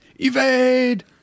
Evade